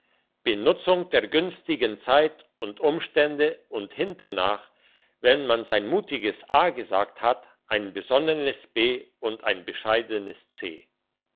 benutzung der günstigen zeit und umstände und hintennach wenn man sein mutiges a gesagt hat ein besonnenes b und ein bescheidenes c